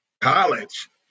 college